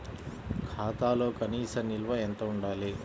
ఖాతాలో కనీస నిల్వ ఎంత ఉండాలి?